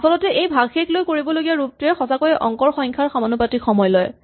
আচলতে এই ভাগশেষ লৈ কৰিবলগীয়া ৰূপটোৱে সঁচাকৈয়ে অংকৰ সংখ্যাৰ সমানুপাতিকভাৱে সময় লয়